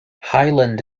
highland